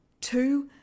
Two